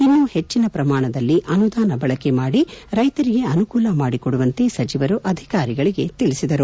ಇನ್ನು ಪೆಚ್ಚಿನ ಪ್ರಮಾಣದಲ್ಲಿ ಅನುದಾನ ಬಳಕೆ ಮಾಡಿ ರೈತರಿಗೆ ಅನುಕೂಲ ಮಾಡಿಕೊಡುವಂತೆ ಸಚಿವರು ಅಧಿಕಾರಿಗಳಿಗೆ ತಿಳಿಸಿದರು